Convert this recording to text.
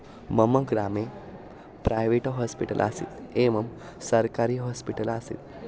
मम ग्रामे private hospital आसीत् एवं सर्कारी हास्पिटल् आसीत्